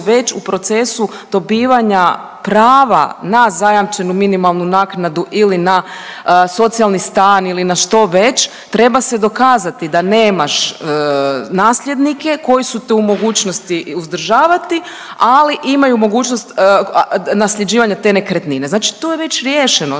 već u procesu dobivanja prava na zajamčenu minimalnu naknadu ili na socijalni stan ili na što već treba se dokazati da nemaš nasljednike koji su te u mogućnosti uzdržavati ali imaju mogućnost nasljeđivanja te nekretnine. Znači to je već riješeno,